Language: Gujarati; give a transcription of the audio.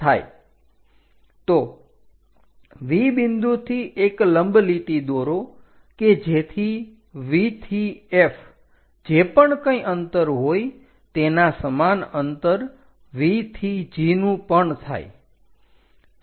તો V બિન્દુથી એક લંબ લીટી દોરો કે જેથી V થી F જે પણ કંઈ અંતર હોય તેના સમાન અંતર V થી G નું પણ થાય